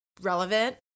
relevant